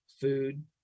food